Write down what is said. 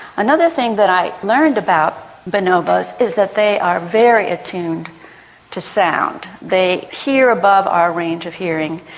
another thing that i learned about bonobos is that they are very attuned to sound. they hear above our range of hearing,